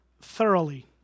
thoroughly